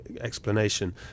explanation